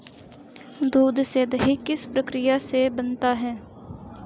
दूध से दही किस प्रक्रिया से बनता है?